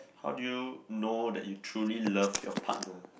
how do you know that you truly love your partner